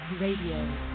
Radio